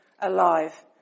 alive